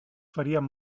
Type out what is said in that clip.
faríem